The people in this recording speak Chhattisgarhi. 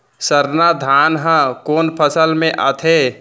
सरना धान ह कोन फसल में आथे?